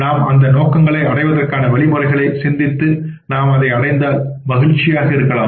நாம் அந்த நோக்கங்களை அடைவதற்கான வழிமுறைகளை சிந்தித்து நாம் அதை அடைந்தால் மகிழ்ச்சியாக இருக்கலாம்